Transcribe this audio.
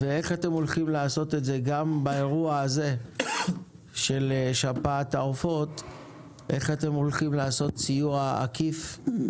ואיך אתם הולכים לעשות גם באירוע הזה של שפעת העופות סיוע עקיף על